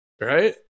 Right